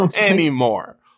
anymore